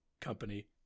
company